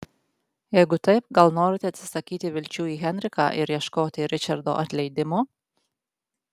jeigu taip gal norite atsisakyti vilčių į henriką ir ieškoti ričardo atleidimo